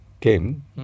came